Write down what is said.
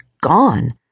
gone